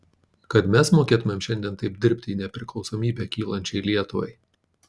kad mes mokėtumėm šiandien taip dirbti į nepriklausomybę kylančiai lietuvai